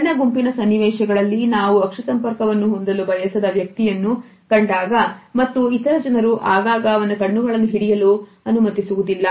ಸಣ್ಣ ಗುಂಪಿನ ಸನ್ನಿವೇಶಗಳಲ್ಲಿ ನಾವು ಅಕ್ಷಿ ಸಂಪರ್ಕವನ್ನು ಹೊಂದಲು ಬಯಸದ ವ್ಯಕ್ತಿಯನ್ನು ಕಂಡಾಗ ಮತ್ತು ಇತರ ಜನರು ಆಗಾಗ ಅವನ ಕಣ್ಣುಗಳನ್ನು ಹಿಡಿಯಲು ಅನುಮತಿಸುವುದಿಲ್ಲ